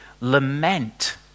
lament